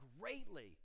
greatly